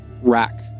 Rack